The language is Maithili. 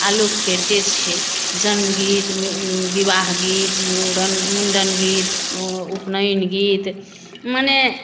आ लोक करिते छै जन्म गीत विवाह गीत मूरन मुण्डन गीत ओ उपनयन गीत मने